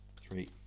Three